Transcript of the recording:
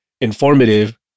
informative